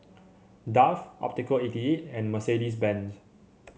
Dove Optical eighty eight and Mercedes Benz